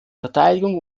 verteidigung